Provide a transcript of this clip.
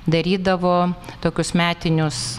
darydavo tokius metinius